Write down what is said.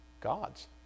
God's